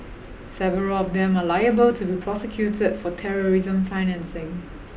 several of them are liable to be prosecuted for terrorism financing